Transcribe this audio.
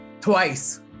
Twice